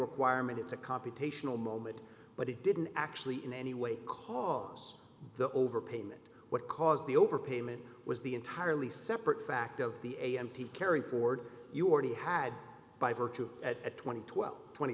requirement it's a computational moment but it didn't actually in any way cause the overpayment what caused the overpayment was the entirely separate fact of the a m t carry forward you already had by virtue at twenty twelve twenty